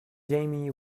jamie